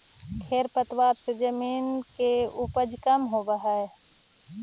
खेर पतवार से जमीन के उपज कमऽ हई